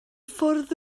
ffordd